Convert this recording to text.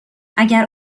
اگر